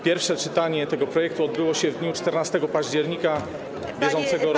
Pierwsze czytanie tego projektu odbyło się w dniu 14 października br.